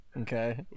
Okay